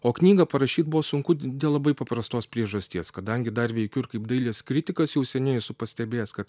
o knygą parašyt buvo sunku dėl labai paprastos priežasties kadangi dar veikiu ir kaip dailės kritikas jau seniai esu pastebėjęs kad